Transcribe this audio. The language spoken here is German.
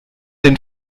den